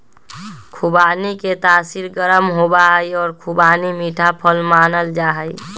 खुबानी के तासीर गर्म होबा हई और खुबानी मीठा फल मानल जाहई